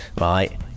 right